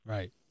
Right